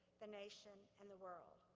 the nation, and the world.